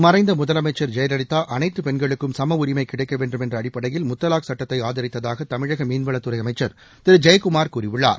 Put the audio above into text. மறைந்த முதலமைச்சர் ஜெயலலிதா அனைத்துப் பெண்களுக்கும் சமஉரிமை கிடைக்க வேண்டும் என்ற அடிப்படையில் முத்தவாக் சட்டத்தை ஆதரித்ததாக தமிழக மீன்வளத்துறை அமைச்சர் திரு ஜெயக்குமார் கூறியுள்ளார்